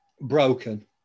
broken